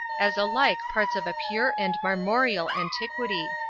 as alike parts of a pure and marmoreal antiquity.